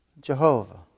Jehovah